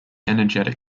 energetic